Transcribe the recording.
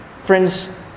Friends